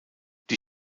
die